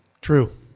True